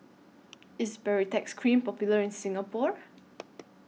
IS Baritex Cream Popular in Singapore